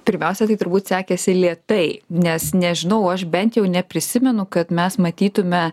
pirmiausia tai turbūt sekėsi lėtai nes nežinau aš bent jau neprisimenu kad mes matytume